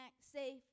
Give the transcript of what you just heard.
safe